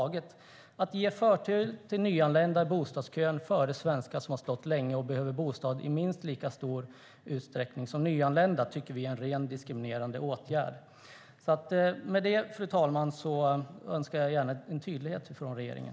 Vi tycker att det är en rent diskriminerande åtgärd att ge förtur till nyanlända i bostadskön före svenskar som har stått länge i kön och som behöver bostad i minst lika stor utsträckning som nyanlända. Med detta, fru talman, önskar jag en tydlighet från regeringen.